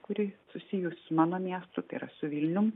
kuri susijus su mano miestu tai yra su vilnium